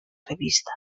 revista